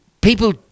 people